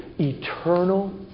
eternal